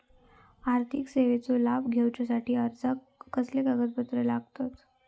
आर्थिक सेवेचो लाभ घेवच्यासाठी अर्जाक कसले कागदपत्र लागतत?